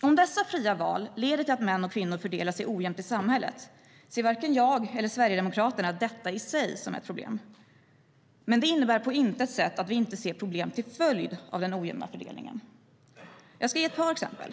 Om dessa fria val leder till att män och kvinnor fördelar sig ojämnt i samhället ser varken jag eller Sverigedemokraterna detta i sig som ett problem. Men det innebär på intet sätt att vi inte ser problem till följd av den ojämna fördelningen. Jag ska ge ett par exempel.